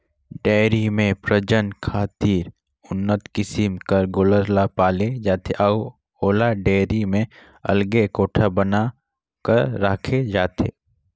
dairy में प्रजनन खातिर उन्नत किसम कर गोल्लर ल पाले जाथे अउ ओला डेयरी में अलगे कोठा बना कर राखे जाथे